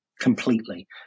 completely